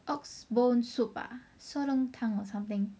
ox bone soup ah or something